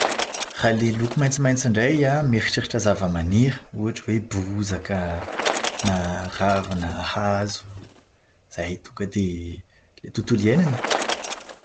Raha ilay loko maitsomaitso indray an, mieritreritra zava-maniry, ohatra hoe bozaka na ravina hazo, izay tonga dia tontolo iainana e.